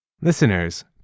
Listeners